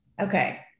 Okay